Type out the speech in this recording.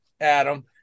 Adam